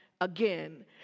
again